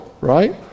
Right